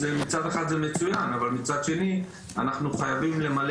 מצד אחד זה מצוין אבל מצד שני אנחנו חייבים למלא